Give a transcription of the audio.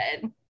good